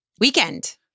weekend